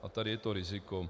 A tady je to riziko.